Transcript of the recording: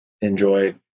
enjoy